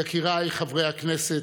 יקיריי חברי הכנסת,